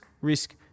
risk